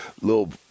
little